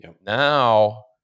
Now